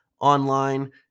online